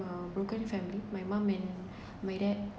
a broken family my mom and my dad